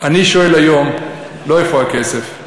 אני שואל היום לא איפה הכסף,